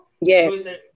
Yes